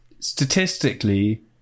Statistically